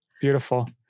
Beautiful